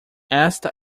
esta